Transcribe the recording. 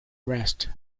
rest